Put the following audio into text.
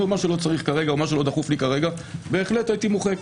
שמה שלא דחוף לי כרגע בהחלט אפשר למחוק.